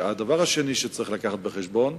הדבר השני שצריך לקחת בחשבון